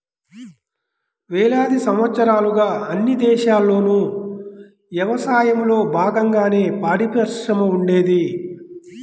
వేలాది సంవత్సరాలుగా అన్ని దేశాల్లోనూ యవసాయంలో బాగంగానే పాడిపరిశ్రమ ఉండేది